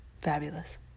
Fabulous